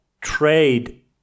trade